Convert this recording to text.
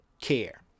care